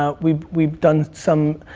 ah we've we've done some